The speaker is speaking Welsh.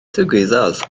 ddigwyddodd